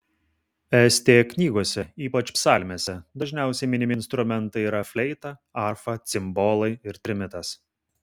st knygose ypač psalmėse dažniausiai minimi instrumentai yra fleita arfa cimbolai ir trimitas